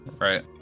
right